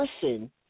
person